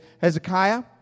Hezekiah